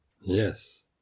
Yes